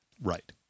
Right